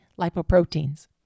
lipoproteins